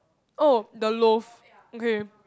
oh the loft okay